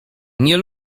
nie